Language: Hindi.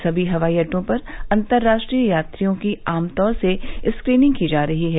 समी हवाई अड्डों पर अंतर्राष्ट्रीय यात्रियों की आमतौर से स्क्रीनिंग की जा रही है